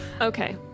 okay